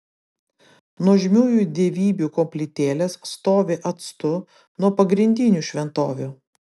nuožmiųjų dievybių koplytėlės stovi atstu nuo pagrindinių šventovių